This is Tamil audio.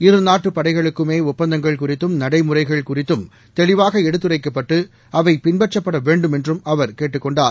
இருநாட்டு படைகளுக்குமே ஒப்பந்தங்கள் குறித்தும் நடைமுறைகள் குறித்தும் தெளிவாக எடுத்துரைக்கப்பட்டு அவை பின்பற்றப்பட வேண்டும் என்றும் அவர் கேட்டுக் கொண்டார்